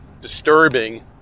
disturbing